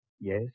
Yes